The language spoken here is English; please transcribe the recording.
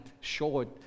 short